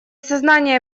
сознание